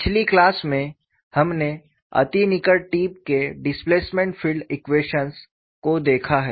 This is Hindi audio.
पिछली क्लास में हमने अति निकट टिप के डिस्प्लेसमेंट फील्ड इक्वेशंस को देखा है